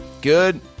Good